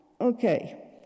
Okay